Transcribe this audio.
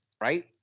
right